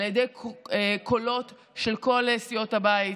על ידי קולות של כל סיעות הבית.